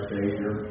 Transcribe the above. Savior